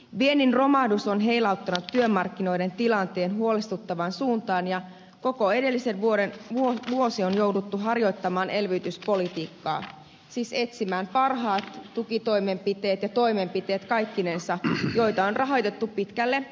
viennin romahdus on heilauttanut työmarkkinoiden tilanteen huolestuttavaan suuntaan ja koko edellinen vuosi on jouduttu harjoittamaan elvytyspolitiikkaa siis etsimään parhaat tukitoimenpiteet ja toimenpiteet kaikkinensa joita on rahoitettu pitkälle lainavaroilla